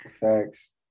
thanks